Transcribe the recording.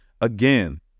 again